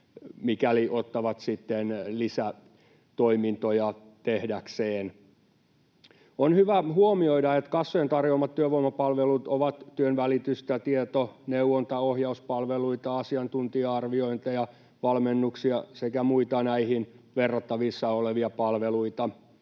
mikäli ottavat sitten lisätoimintoja tehdäkseen. On hyvä huomioida, että kassojen tarjoamat työvoimapalvelut ovat työnvälitystä, tieto-, neuvonta- ja ohjauspalveluita, asiantuntija-arviointeja, valmennuksia sekä muita näihin verrattavissa olevia palveluita,